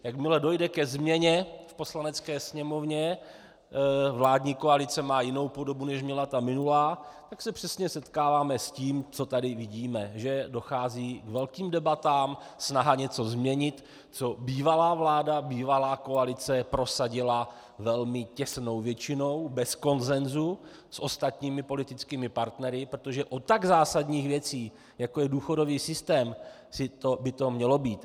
Jakmile dojde ke změně v Poslanecké sněmovně, vládní koalice má jinou podobu než měla ta minulá, tak se přesně setkáváme s tím, co tady vidíme, že dochází k velkým debatám snaha něco změnit, co bývalá vláda, bývalá koalice prosadila velmi těsnou většinou bez konsenzu s ostatními politickými partnery, protože o tak zásadních věcech, jako je důchodový systém, by to mělo být.